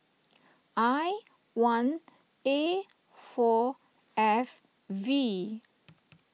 I one A four F V